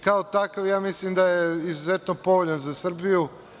Kao takav mislim da je izuzetno povoljan za Srbiju.